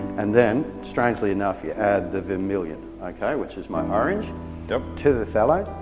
and then strangely enough you add the vermillion, okay which is my orange yep. to the phthalo